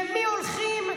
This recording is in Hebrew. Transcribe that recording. למי הולכים?